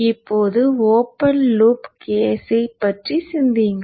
இப்போது open loop கேஸைப் பற்றி சிந்தியுங்கள்